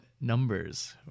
numbers